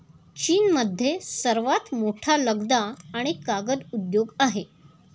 चीनमध्ये सर्वात मोठा लगदा आणि कागद उद्योग आहे